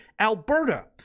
Alberta